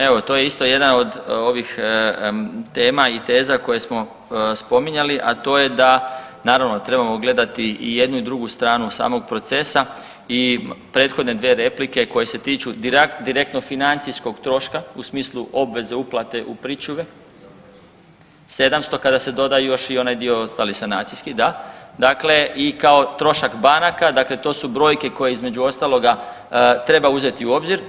Evo, to je isto jedan od ovih tema i teza koje smo spominjali, a to je da, naravno, trebamo gledati i jednu i drugu stranu samog procesa i prethodne dvije replike koje se tiču direktno financijskog troška u smislu obveze uplate u pričuve, 700 kada se dodaju još i onaj dio ostali, sanacijski, da, dakle kao i trošak banaka, dakle to su brojke, koje između ostaloga treba uzeti u obzir.